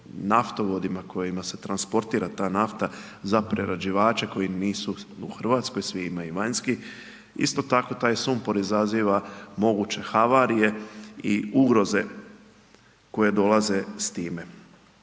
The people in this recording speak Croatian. naftovodima kojima se transportira ta nafta za prerađivače koji nisu u Hrvatskoj, svi imaju vanjski. Isto tako taj sumpor izaziva moguće havarije i ugroze koje dolaze s time.